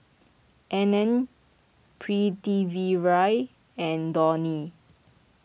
Anand Pritiviraj and Dhoni